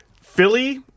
Philly